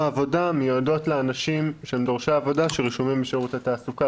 העבודה מיועדות לאנשים שהם דורשי עבודה שרשומים בשירות התעסוקה,